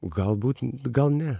galbūt gal ne